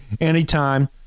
anytime